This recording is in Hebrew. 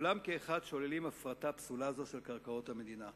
כולם כאחד שוללים הפרטה כפולה זאת של קרקעות המדינה.